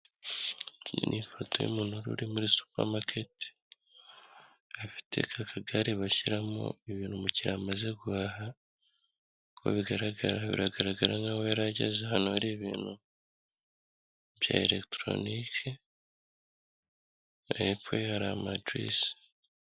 Ni ifoto y'umuntu wari uri muri supa maketi, afite ka kagare bashyiramo ibintu umukiriya amaze guhaha, uko bigaragara biragaragara nk'aho yari ageze ahantu hari ibintu bya eregitoronike, hepfo ye hari amajuyisi.